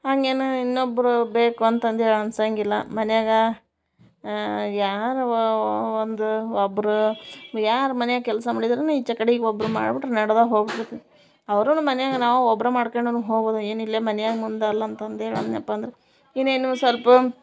ಹಾಗೇನ ಇನ್ನೊಬ್ಬರು ಬೇಕು ಅಂತ ಅಂದೇಳಿ ಆನಿಸಂಗಿಲ್ಲ ಮನೆಯಾಗ ಯಾರೋ ಒಂದು ಒಬ್ಬರು ಯಾರು ಮನ್ಯಾಗ ಕೆಲಸ ಮಾಡಿದ್ರೂನು ಈಚೆ ಕಡಿಗೆ ಒಬ್ಬರು ಮಾಡಿಬಿಟ್ರೆ ನೆಡದೇ ಹೋಗ್ಬಿಡ್ತೈತಿ ಅವ್ರೂನು ಮನೆಯಾಗ ನಾವು ಒಬ್ರೇ ಮಾಡ್ಕಂಡೂನು ಹೋಗುದು ಏನೂ ಇಲ್ಲೇ ಮನ್ಯಾಗ ಮುಂದೆ ಅಲ್ಲೇ ಅಂತಂದು ಹೇಳ್ ಅಂದ್ನ್ಯಪ್ಪ ಅಂದ್ರೆ ಇನ್ನೇನು ಸ್ವಲ್ಪ